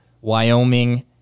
Wyoming